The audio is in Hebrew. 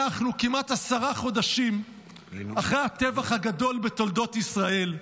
אנחנו כמעט עשרה חודשים אחרי הטבח הגדול בתולדות ישראל,